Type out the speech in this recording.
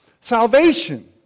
Salvation